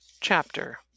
chapter